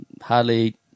Hardly